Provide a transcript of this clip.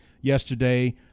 yesterday